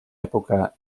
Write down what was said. època